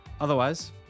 Otherwise